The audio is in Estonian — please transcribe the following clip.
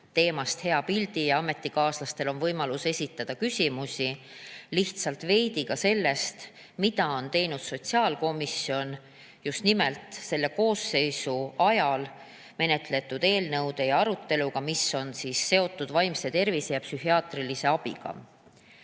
teemast sisulist pilti ja ametikaaslastel on võimalus esitada küsimusi. Lihtsalt veidi ka sellest, mida on teinud sotsiaalkomisjon just nimelt selle koosseisu ajal menetletud eelnõudega, arutades ka [teemasid], mis on seotud vaimse tervise ja psühhiaatrilise abiga.